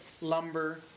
lumber